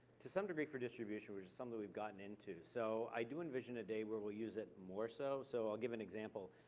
to some degree for distribution, which is something we've gotten into. so i do envision a day where we'll use it more so. so i'll give an example.